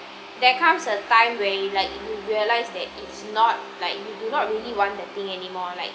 there comes a time where you like you realise that it's not like you do not really want that thing anymore like